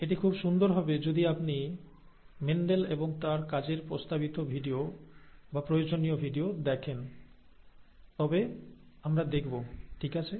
এটি খুব সুন্দর হবে যদি আপনি মেন্ডেল এবং তার কাজের প্রস্তাবিত ভিডিও বা প্রয়োজনীয় ভিডিও দেখেন তবে আমরা দেখব ঠিক আছে